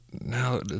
Now